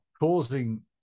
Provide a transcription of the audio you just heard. causing